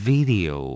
Video 。